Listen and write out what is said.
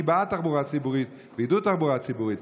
אני בעד תחבורה ציבורית ועידוד תחבורה ציבורית.